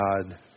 God